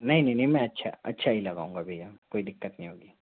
नहीं नहीं नहीं मैं अच्छा अच्छा ही लगाऊंगा भैया कोई दिक्कत नहीं होगी